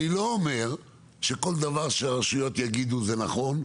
אני לא אומר שכל דבר שהרשויות יגידו זה נכון,